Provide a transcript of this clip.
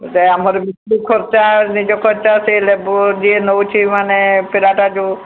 ଏବେ ଆମର ବି ଖର୍ଚ୍ଚ ନିଜ ଖର୍ଚ୍ଚ ସିଏ ଲେବର୍ ଯିଏ ନେଉଛି ମାନେ ପିଲାଟା ଯେଉଁ